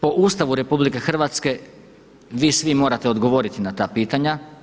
Po Ustavu RH vi svi morate odgovoriti na ta pitanja.